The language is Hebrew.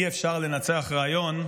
אי-אפשר לנצח רעיון,